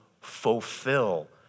fulfill